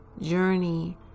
journey